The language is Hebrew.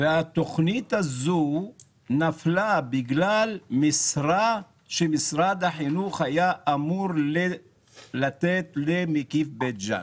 התכנית הזו נפלה בגלל משרה שמשרד החינוך היה אמור לתת למקיף בית ג'אן.